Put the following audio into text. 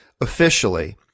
officially